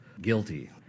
guilty